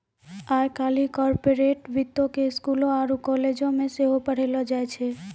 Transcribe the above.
आइ काल्हि कार्पोरेट वित्तो के स्कूलो आरु कालेजो मे सेहो पढ़ैलो जाय छै